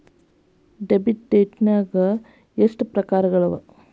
Debit ಡೈಟ್ನ್ಯಾಗ್ ಎಷ್ಟ್ ಪ್ರಕಾರಗಳವ?